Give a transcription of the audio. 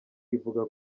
ivuga